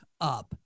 up